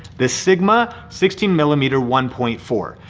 the sigma sixteen millimeter one point four.